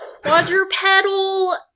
quadrupedal